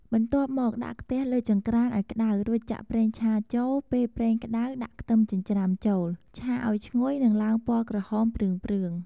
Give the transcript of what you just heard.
បន្ទាប់មក ដាក់ខ្ទះលើចង្ក្រានឱ្យក្តៅ រួចចាក់ប្រេងឆាចូល ពេលប្រេងក្តៅ ដាក់ខ្ទឹមចិញ្ច្រាំចូល ឆាឱ្យឈ្ងុយ និងឡើងពណ៌ក្រហមព្រឿងៗ។